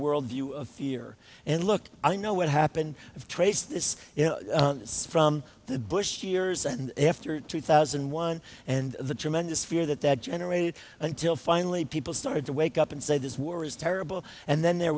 world view of fear and look i know what happened of trace this from the bush years and after two thousand and one and the tremendous fear that that generated until finally people started to wake up and say this war is terrible and then there